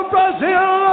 Brazil